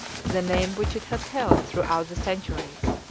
the name which it has held throughout the centuries.